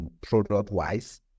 product-wise